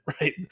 Right